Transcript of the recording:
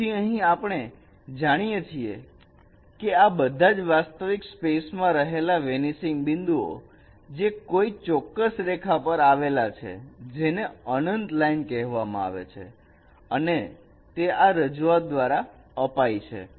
તેથી અહીં આપણે જાણીએ છીએ કે આ બધા જ વાસ્તવિક સ્પેસ માં રહેલા વેનીસિંગ બિંદુઓ છે જે કોઈ ચોક્કસ રેખા પર આવેલા છે જેને અનંત લાઈન કહેવામાં આવે છે અને તે આ રજૂઆત દ્વારા અપાયેલ છે